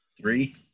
three